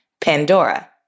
Pandora